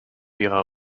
ihrer